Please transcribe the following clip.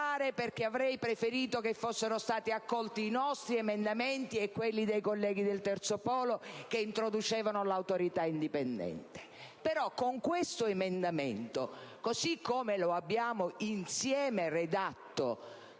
perché avrei preferito che fossero stati accolti i nostri emendamenti e quelli dei colleghi del Terzo polo che introducevano l'Autorità indipendente; però, con questo emendamento, così come lo abbiamo insieme redatto